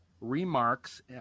Remarks